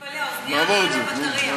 נפלה לי אוזנייה,